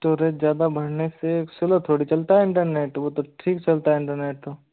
storage ज़्यादा बढ़ने से स्लो थोड़ी चलता है इंटरनेट वो तो ठीक चलता है इंटरनेट तो